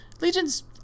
Legion's